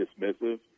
dismissive